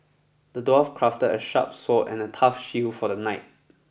the dwarf crafted a sharp sword and a tough shield for the knight